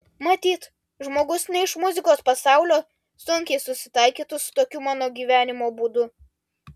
matyt žmogus ne iš muzikos pasaulio sunkiai susitaikytų su tokiu mano gyvenimo būdu